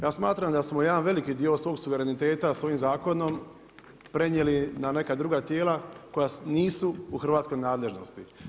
Ja smatram da smo veliki dio svog suvereniteta s ovim zakonom prenijeli na neka druga tijela, koja nisu u Hrvatskoj nadležnosti.